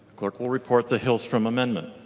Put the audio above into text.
clerk will report the hilstrom amendment